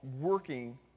working